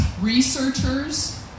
researchers